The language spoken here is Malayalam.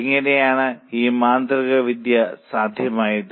എങ്ങനെയാണ് ഈ മാന്ത്രികവിദ്യ സാധ്യമായത്